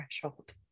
threshold